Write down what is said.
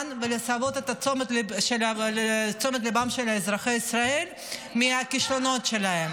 ולמשוך את תשומת ליבם של אזרחי ישראל מהכישלונות שלה.